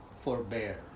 forbear